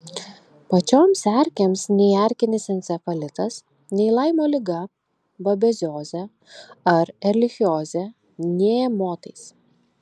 pačioms erkėms nei erkinis encefalitas nei laimo liga babeziozė ar erlichiozė nė motais